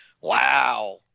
Wow